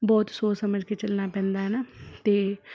ਬਹੁਤ ਸੋਚ ਸਮਝ ਕੇ ਚੱਲਣਾ ਪੈਂਦਾ ਹੈ ਨਾ ਅਤੇ